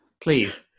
Please